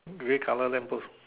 grey colour lamp post